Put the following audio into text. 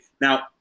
Now